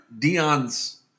Dion's